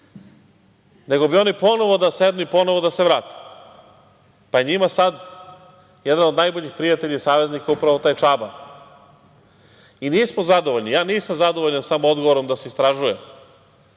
nego bi oni ponovo da sednu i ponovo da se vrate, pa je njima sada jedan od najboljih prijatelja i saveznika upravo taj Čaba. Nismo zadovoljni, ja nisam zadovoljan samo odgovorom da se istražuje,